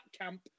camp